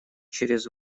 через